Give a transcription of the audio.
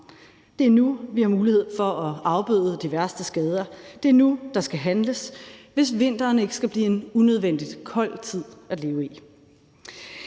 Det er nu, vi har mulighed for at afbøde de værste skader. Det er nu, der skal handles, hvis vinteren ikke skal blive en unødvendig kold tid at leve i.